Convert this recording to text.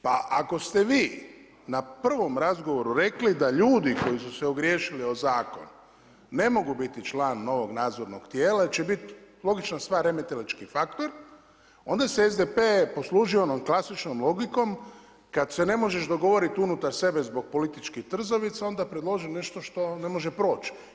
Pa ako ste vi na prvom razgovoru rekli da ljudi koji su se ogriješili o zakon ne mogu biti član novog nadzornog tijela jer će biti logična stvar remetilački faktor, onda se SDP-e poslužio onom klasičnom logikom kada se ne možeš dogovoriti unutar sebe zbog političkih trzavica onda predloži nešto što ne može proći.